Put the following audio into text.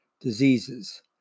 diseases